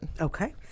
Okay